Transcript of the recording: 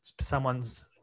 someone's